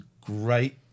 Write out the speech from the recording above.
great